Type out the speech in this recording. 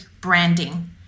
Branding